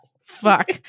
Fuck